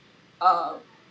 um